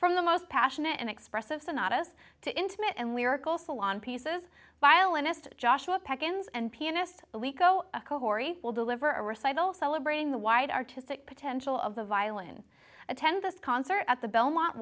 from the most passionate and expressive sonatas to intimate and lyrical salon pieces violinist joshua packin and pianist liko horry will deliver a recital celebrating the wide artistic potential of the violin attend this concert at the belmont